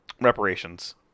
reparations